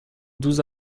douze